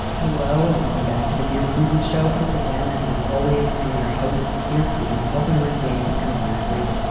hello and welcome back to the dear prudence show once again, and as always, i am your host, dear prudence, also known as daniel and lavery.